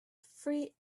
three